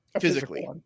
physically